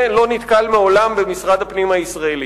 לא נתקל מעולם במשרד הפנים הישראלי".